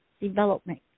development